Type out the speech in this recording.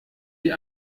die